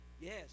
yes